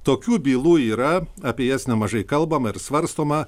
tokių bylų yra apie jas nemažai kalbama ir svarstoma